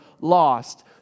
lost